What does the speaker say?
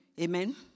Amen